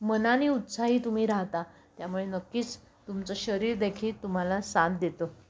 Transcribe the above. मनाने उत्साही तुम्ही राहता त्यामुळे नक्कीच तुमचं शरीर देखील तुम्हाला साथ देतं